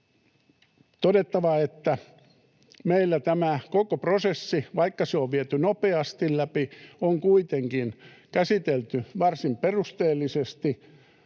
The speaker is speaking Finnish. todettava, että meillä tämä koko prosessi, vaikka se on viety nopeasti läpi, on kuitenkin käsitelty varsin perusteellisesti.